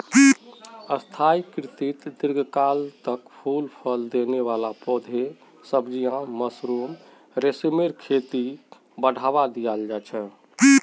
स्थाई कृषित दीर्घकाल तक फल फूल देने वाला पौधे, सब्जियां, मशरूम, रेशमेर खेतीक बढ़ावा दियाल जा छे